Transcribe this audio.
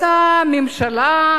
את הממשלה.